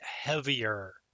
heavier